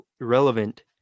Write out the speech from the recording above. irrelevant